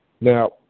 Now